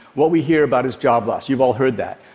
what we hear about is job loss. you've all heard that.